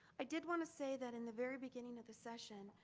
i did wanna say that in the very beginning of the session,